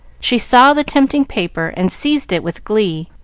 she saw the tempting paper, and seized it with glee,